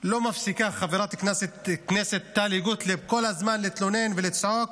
במיוחד חברת הכנסת טלי גוטליב לא מפסיקה כל הזמן להתלונן ולצעוק,